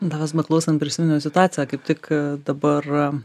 tavęs beklausant prisiminiau situaciją kaip tik dabar